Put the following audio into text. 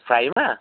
फ्राईमा